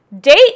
date